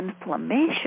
inflammation